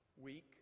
week